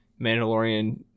Mandalorian